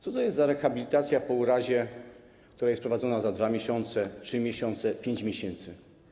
Co to jest za rehabilitacja po urazie, jeżeli jest prowadzona za 2 miesiące, 3 miesiące, 5 miesięcy?